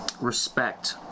respect